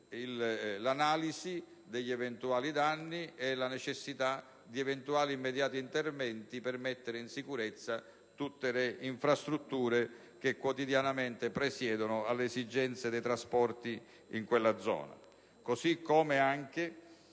le analisi degli eventuali danni e la necessità di eventuali immediati interventi per mettere in sicurezza tutte le infrastrutture che quotidianamente presiedono alle esigenze dei trasporti in quella zona.